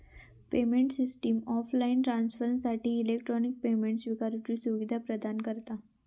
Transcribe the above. payment system offline ट्रांसफरसाठी electronic payment स्विकारुची सुवीधा प्रदान करता